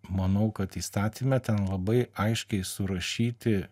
manau kad įstatyme ten labai aiškiai surašyti